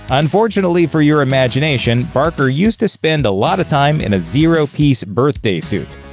unfortunately for your imagination, barker used to spend a lot of time in a zero-piece birthday suit.